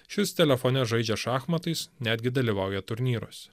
šis telefone žaidžia šachmatais netgi dalyvauja turnyruose